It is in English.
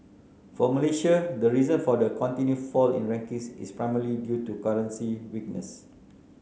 for Malaysia the reason for the continued fall in rankings is primarily due to currency weakness